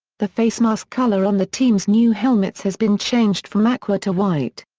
the facemask color on the team's new helmets has been changed from aqua to white.